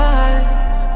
eyes